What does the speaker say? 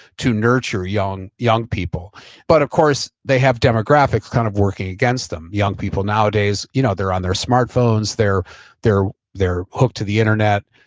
to nurture young young people but of course they have demographics kind of working against them. young people nowadays you know they're on their smartphones, they're they're hooked to the internet.